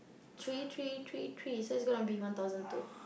three three three three so it's going to be one thousand two